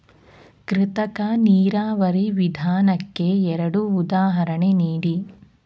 ಕೃತಕ ನೀರಾವರಿ ವಿಧಾನಕ್ಕೆ ಎರಡು ಉದಾಹರಣೆ ನೀಡಿ?